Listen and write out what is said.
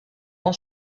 ont